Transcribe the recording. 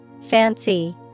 Fancy